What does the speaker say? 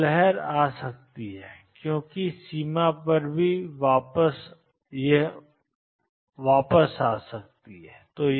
तो लहर आ सकती है और क्योंकि सीमा पर भी वापस जा सकती है और